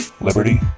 liberty